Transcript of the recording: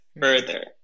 further